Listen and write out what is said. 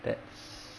that's